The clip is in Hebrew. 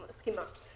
אני מסכימה.